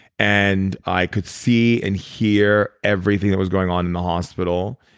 and i could see and hear everything that was going on in the hospital.